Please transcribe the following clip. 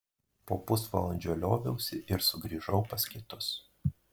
po pusvalandžio lioviausi ir sugrįžau pas kitus